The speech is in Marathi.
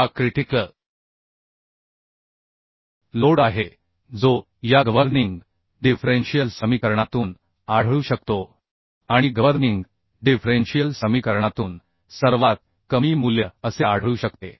हा क्रिटिकल लोड आहे जो या गव्हर्निंग डिफरेंशियल समीकरणातून आढळू शकतो आणि गव्हर्निंग डिफरेंशियल समीकरणातून सर्वात कमी मूल्य असे आढळू शकते